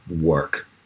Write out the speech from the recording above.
work